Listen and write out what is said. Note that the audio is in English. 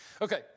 Okay